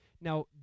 Now